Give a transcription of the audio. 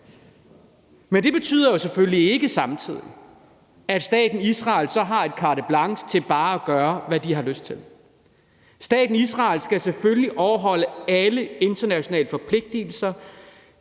Men det betyder selvfølgelig ikke samtidig, at staten Israel så har et carte blanche til bare at gøre, hvad de har lyst til. Staten Israel skal selvfølgelig overholde alle internationale forpligtelser